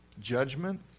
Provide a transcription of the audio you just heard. judgment